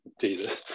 Jesus